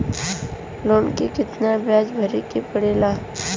Loan के कितना ब्याज भरे के पड़े ला?